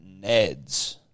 Neds